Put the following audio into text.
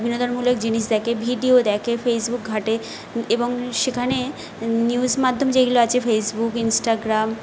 বিনোদনমূলক জিনিস দেখে ভিডিও দেখে ফেসবুক ঘাঁটে এবং সেখানে নিউজ মাধ্যম যেগুলো আছে ফেসবুক ইন্সটাগ্রাম